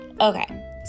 Okay